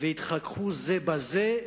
התחככו זה בזה,